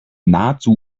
nahezu